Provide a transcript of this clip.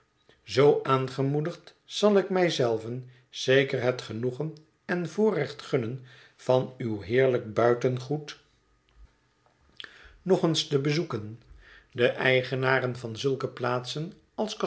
zoo aangemoedigd zal ik mij zelven zeker het genoegen en voorrecht gunnen van uw heerlijk buitengoed nog eens te bezoeken de eigenaren van zulke plaatsen